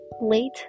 late